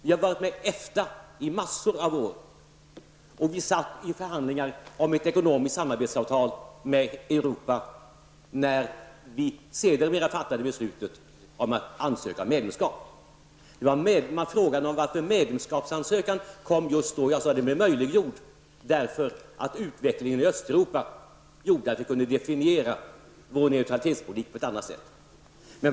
Vi har varit med i EFTA i massor av år, och vi satt i förhandlingar om ett ekonomiskt samarbetsavtal med Europa när vi sedermera fattade beslutet att ansöka om medlemskap i EG. Man frågade varför medlemskapsansökan kom just då, och jag sade att den blev möjliggjord därför att utvecklingen i Östeuropa gjorde att vi kunde definiera vår neutralitetspolitik på ett annat sätt.